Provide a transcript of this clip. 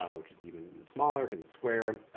um which is even smaller because it's square.